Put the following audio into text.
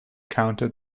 counted